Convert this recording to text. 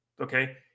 Okay